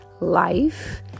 Life